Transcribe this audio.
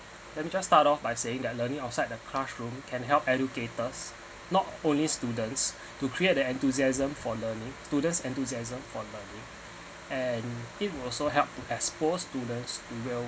let me just start off by saying that learning outside the classroom can help educators not only students to create the enthusiasm for learning students enthusiasm for learning and it will also help to expose students to real